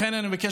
לכן אני מבקש,